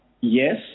Yes